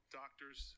doctors